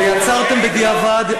ויצרתם בדיעבד,